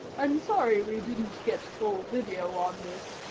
i'm sorry we didn't get full video on this,